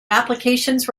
applications